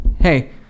hey